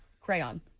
crayon